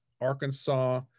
Arkansas